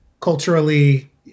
culturally